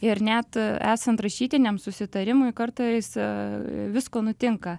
ir net esant rašytiniam susitarimui kartai visko nutinka